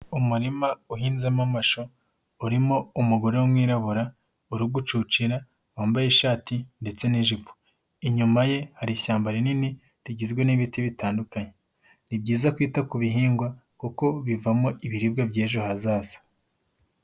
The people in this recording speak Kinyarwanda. Umurima uhinzemo amashu, urimo umugore w'umwirabura ,urugucucira, wambaye ishati ndetse n'ijipo. Inyuma ye hari ishyamba rinini ,rigizwe n'ibiti bitandukanye . Ni byiza kwita ku bihingwa kuko bivamo ibiribwa by'ejo hazaza.